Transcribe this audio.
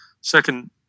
second